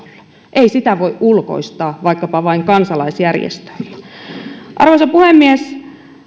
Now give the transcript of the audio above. ei sitä voi ulkoistaa vaikkapa vain kansalaisjärjestöille arvoisa puhemies